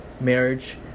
marriage